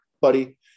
buddy